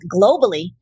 globally